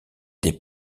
des